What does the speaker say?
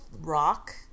rock